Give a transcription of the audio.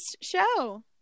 show